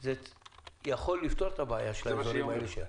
זה יכול לפתור את הבעיה של האזורים האלה.